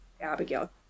Abigail